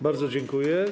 Bardzo dziękuję.